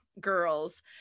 girls